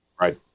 Right